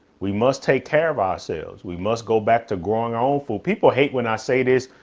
we must take care of ourselves. we must go back to growing our own for people hate when i say this,